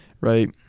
right